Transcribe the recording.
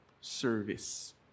service